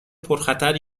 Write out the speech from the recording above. پرخطر